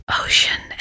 Ocean